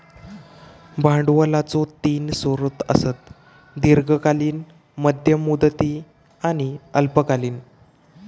भांडवलाचो तीन स्रोत आसत, दीर्घकालीन, मध्यम मुदती आणि अल्पकालीन